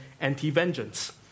anti-vengeance